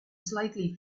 slightly